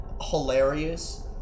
hilarious